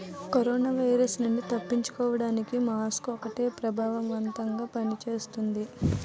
corona virus నుండి తప్పించుకోడానికి mask ఒక్కటే ప్రభావవంతంగా పని చేస్తుంది